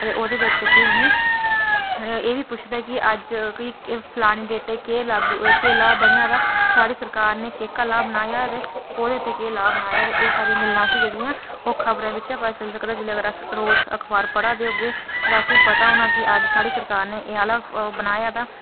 ते ओह्दे बिच केह् उ'नेंगी ते एह्बी पुच्छदे की अज्ज उ'नेंगी फलानी डेटै च केह् लागू केह् लॉ होने आह्ला ते साढ़ी सरकार नै केह् लॉ बनाया ते कोह्दे तै केह् लॉ बनाया ते एह् सारियां गल्लां जेह्ड़ियां खबरां बिच्चा पता सकदियां जेह्ड़ियां अस रोज़ अखबार पढ़ाऽ दे होगे ते असेंगी पता होना की सरकार ने एह् आह्ला लॉ बनाया तां